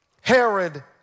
Herod